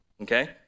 okay